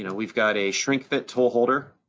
you know we've got a shrink fit tool holder,